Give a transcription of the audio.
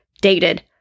dated